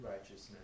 righteousness